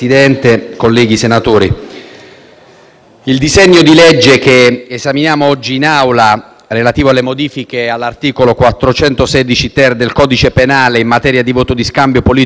il disegno di legge che esaminiamo oggi in Aula, relativo alle modifiche all'articolo 416-*ter* del codice penale in materia di voto di scambio politico-mafioso, presenta - a nostro avviso, e